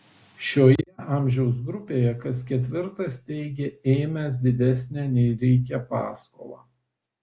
šioje amžiaus grupėje kas ketvirtas teigia ėmęs didesnę nei reikia paskolą